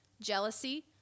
jealousy